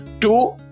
Two